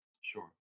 Sure